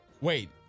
Wait